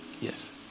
Yes